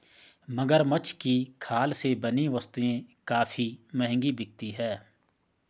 मगरमच्छ की खाल से बनी वस्तुएं काफी महंगी बिकती हैं